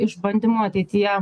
išbandymų ateityje